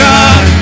God